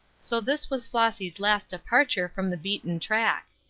so this was flossy's last departure from the beaten track.